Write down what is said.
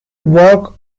walk